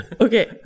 Okay